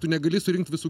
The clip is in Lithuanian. tu negali surinkt visų